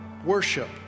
Worship